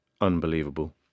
unbelievable